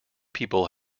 people